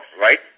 right